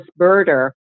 birder